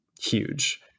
huge